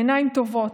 עיניים טובות,